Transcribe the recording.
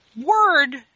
word